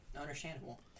Understandable